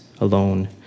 alone